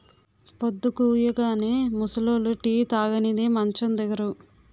పొద్దుకూయగానే ముసలోళ్లు టీ తాగనిదే మంచం దిగరు